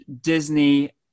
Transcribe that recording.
Disney